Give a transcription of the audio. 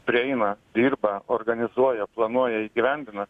prieina dirba organizuoja planuoja įgyvendina